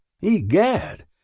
Egad